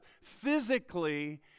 physically